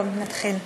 טוב, נתחיל.